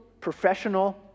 professional